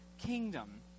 kingdom